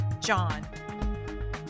John